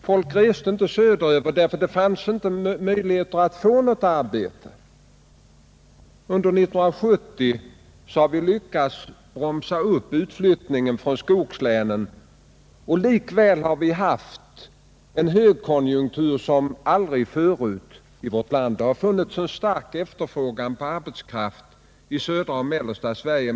Folk reste inte söderut eftersom det inte fanns möjlighet att få något arbete där. Under 1970 har vi lyckats bromsa upp utflyttningen från skogslänen, och likväl har vi haft en högkonjunktur som aldrig förr i vårt land. Det har funnits stark efterfrågan på arbetskraft i södra och mellersta Sverige.